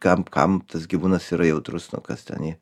kam kam tas gyvūnas yra jautrus nu kas ten jį